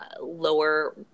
lower